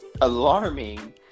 alarming